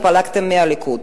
התפלגתם מהליכוד.